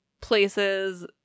places